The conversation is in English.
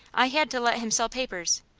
i had to let him sell papers,